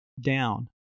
down